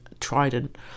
Trident